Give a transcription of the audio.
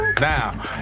Now